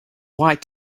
white